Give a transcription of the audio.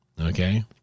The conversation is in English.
okay